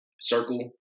circle